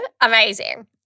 amazing